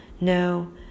no